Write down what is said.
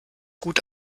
gut